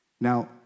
Now